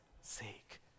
sake